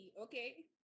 Okay